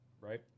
right